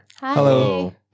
Hello